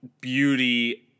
beauty